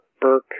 Burke